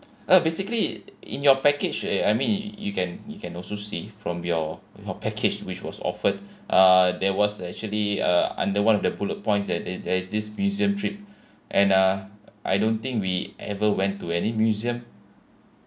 uh basically in your package uh I mean you can you can also see from your your package which was offered uh there was actually uh under one of the bullet points that they there's this museum trip and uh I don't think we ever went to any museum